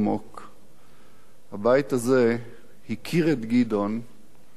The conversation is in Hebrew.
הבית הזה הכיר את גדעון בפעילותו הציבורית,